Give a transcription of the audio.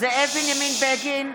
זאב בנימין בגין,